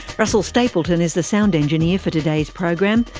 russell stapleton is the sound engineer for today's program.